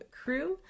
crew